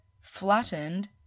flattened